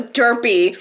derpy